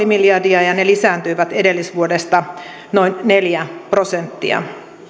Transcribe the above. miljardia ja ne lisääntyivät edellisvuodesta noin neljä prosenttia